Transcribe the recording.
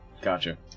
Gotcha